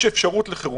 יש אפשרות לחירום,